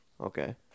Okay